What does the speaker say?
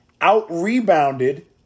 out-rebounded